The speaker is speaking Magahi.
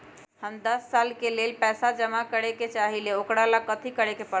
हम दस साल के लेल पैसा जमा करे के चाहईले, ओकरा ला कथि करे के परत?